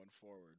forward